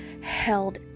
held